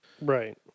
Right